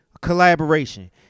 collaboration